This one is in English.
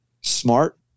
smart